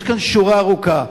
יש כאן שורה ארוכה.